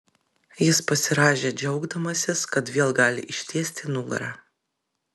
jis pasirąžė džiaugdamasis kad vėl gali ištiesti nugarą